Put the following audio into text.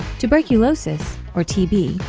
tuberculosis, or tb,